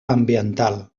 ambiental